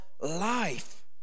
life